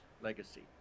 Legacy